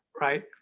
right